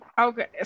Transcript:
Okay